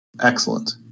Excellent